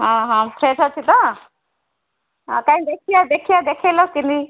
fresh ଅଛି ତ ଆ କାହିଁ ଦେଖିଆ ଦେଖିଆ ଦେଖେଇଲ ତିନି